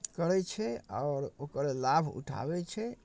करै छै आओर ओकर लाभ उठाबै छै